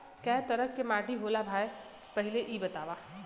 कै तरह के माटी होला भाय पहिले इ बतावा?